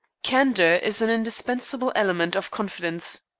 candor is an indispensable element of confidence.